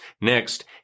Next